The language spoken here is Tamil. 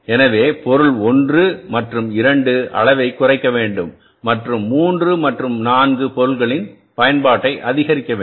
எனவே பொருள் 1 மற்றும் 2 அளவைக் குறைக்க வேண்டும் மற்றும் 3 மற்றும் 4 பொருளின் பயன்பாட்டை அதிகரிக்க வேண்டும்